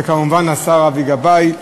וכמובן לשר אבי גבאי,